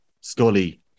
Scully